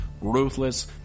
ruthless